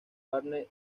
verne